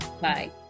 Bye